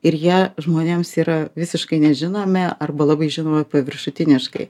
ir jie žmonėms yra visiškai nežinomi arba labai žinomi paviršutiniškai